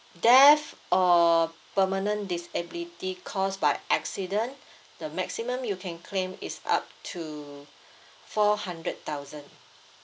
death or permanent disability caused by accident the maximum you can claim is up to four hundred thousand